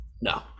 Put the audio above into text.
No